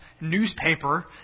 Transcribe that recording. newspaper